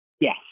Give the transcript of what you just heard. Yes